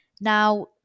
Now